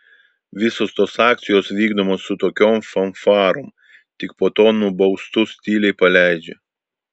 visos tos akcijos vykdomos su tokiom fanfarom tik po to nubaustus tyliai paleidžia